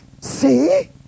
see